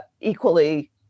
equally